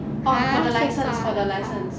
ah so it's file file